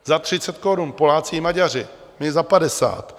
Za 30 korun, Poláci i Maďaři, my za 50.